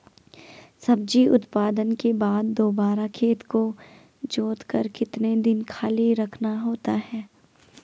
सब्जी उत्पादन के बाद दोबारा खेत को जोतकर कितने दिन खाली रखना होता है?